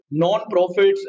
Nonprofits